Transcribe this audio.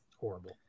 horrible